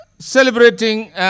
Celebrating